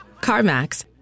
CarMax